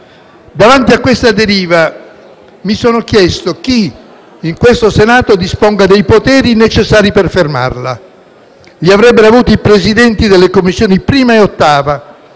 Davanti a questa deriva mi sono chiesto chi, qui in Senato, disponga dei poterti necessari per fermarla. Li avrebbero avuti i Presidenti delle Commissioni 1a e 8a,